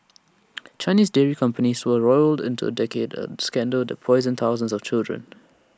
Chinese dairy companies were roiled into A decade A scandal that poisoned thousands of children